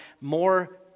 more